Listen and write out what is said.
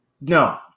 No